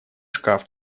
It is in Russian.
шкаф